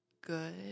Good